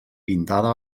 pintada